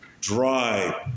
dry